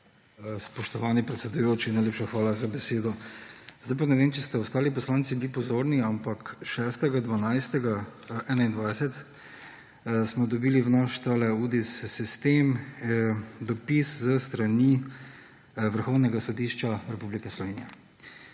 Spoštovani predsedujoči, najlepša hvala za besedo. Ne vem, ali ste ostali poslanci bili pozorni, ampak 6. 12. 2021 smo dobili v sistem Udis dopis s strani Vrhovnega sodišča Republike Slovenije,